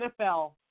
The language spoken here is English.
NFL